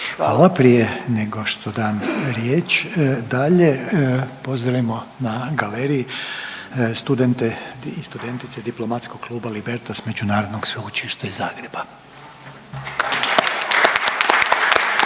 Hvala. Prije nego što dam riječ dalje pozdravimo na galeriji studente i studentice Diplomatskog kluba Libertas Međunarodnog sveučilišta iz Zagreba.